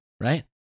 right